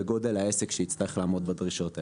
גודל העסק שיצטרך לעמוד בדרישות האלה.